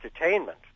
entertainment